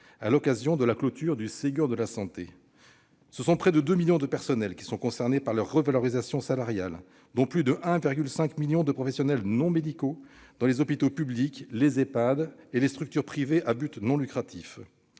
et l'organisation du système de soins ? Près de 2 millions de personnels sont concernés par les revalorisations salariales, dont plus de 1,5 million de professionnels non médicaux dans les hôpitaux publics, les Ehpad et les structures privées à but non lucratif.